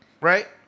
right